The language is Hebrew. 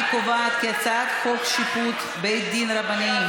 אני קובעת כי הצעת חוק שיפוט בתי דין רבניים